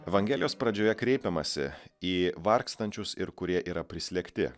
vangelijos pradžioje kreipiamasi į vargstančius ir kurie yra prislėgti